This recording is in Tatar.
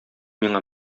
миңа